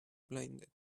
blinded